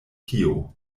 tio